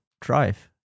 drive